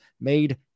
made